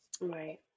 Right